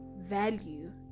value